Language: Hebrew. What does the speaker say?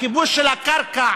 הכיבוש של הקרקע,